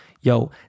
Yo